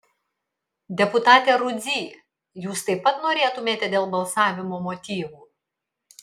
deputate rudzy jūs taip pat norėtumėte dėl balsavimo motyvų